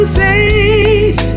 safe